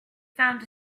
found